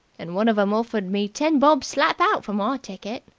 and one of em offered me ten bob slap out for my ticket.